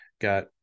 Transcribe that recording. got